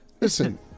Listen